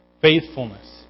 Faithfulness